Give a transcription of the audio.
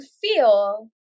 feel